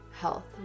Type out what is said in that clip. health